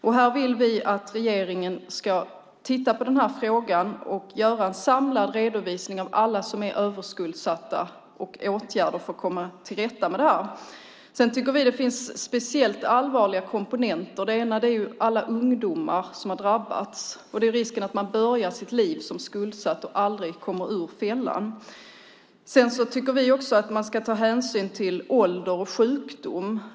Vi vill att regeringen ska titta på den här frågan och göra en samlad redovisning av alla som är överskuldsatta och åtgärder för att komma till rätta med det här. Sedan tycker vi det att finns speciellt allvarliga komponenter. En sak handlar om alla ungdomar som har drabbats. Risken är att man börjar sitt liv som skuldsatt och aldrig kommer ur fällan. Vi tycker också att man ska ta hänsyn till ålder och sjukdom.